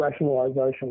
rationalisation